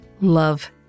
love